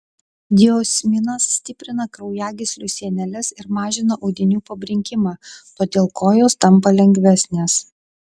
diosminas stiprina kraujagyslių sieneles ir mažina audinių pabrinkimą todėl kojos tampa lengvesnės